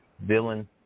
villain